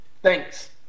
Thanks